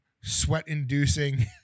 sweat-inducing